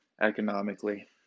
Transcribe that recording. economically